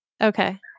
Okay